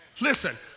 Listen